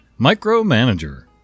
Micromanager